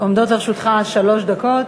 עומדות לרשותך שלוש דקות.